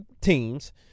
teams